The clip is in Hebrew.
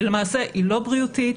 היא לא בריאותית,